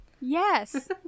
Yes